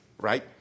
right